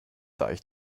deich